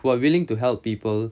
who are willing to help people